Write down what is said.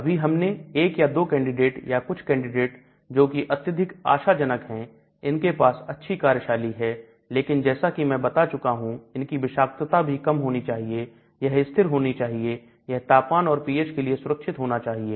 अभी हमने एक या दो कैंडिडेट या कुछ कैंडिडेट जोकि अत्यधिक आशा जनक हैं इनके पास अच्छी कार्यशैली है लेकिन जैसा कि मैं बता चुका हूं इनकी विषाक्तता भी कम होनी चाहिए यह स्थिर होना चाहिए यह तापमान और पीएच के लिए सुरक्षित होना चाहिए